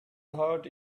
heart